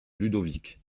ludovic